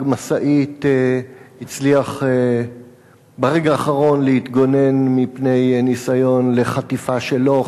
משאית הצליח ברגע האחרון להתגונן מפני ניסיון לחטיפה שלו,